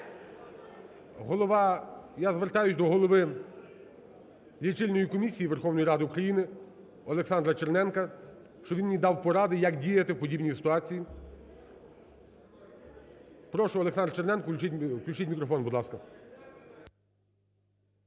я звертаюсь до голови Лічильної комісії Верховної Ради України Олександра Черненка, щоб він мені дав пораду, як діяти в подібній ситуації. Прошу, Олександр Черненко. Включіть мікрофон, будь ласка.